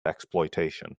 exploitation